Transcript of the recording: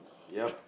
yup